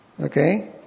Okay